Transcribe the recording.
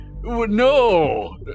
No